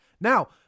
Now